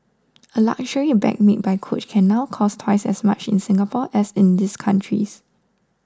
a luxury bag made by Coach can now cost twice as much in Singapore as in these countries